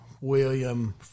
William